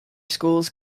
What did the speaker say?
schools